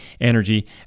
energy